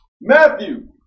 Matthew